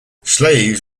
slaves